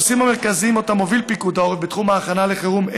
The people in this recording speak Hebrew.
הנושאים המרכזיים שאותם מוביל פיקוד העורף בתחום ההכנה לחירום: